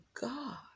God